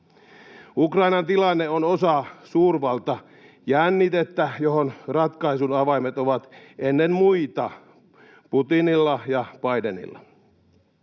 Ukrainan tilanne on osa suurvaltajännitettä, johon ratkaisun avaimet ovat ennen muita Putinilla ja Bidenilla.